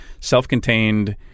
self-contained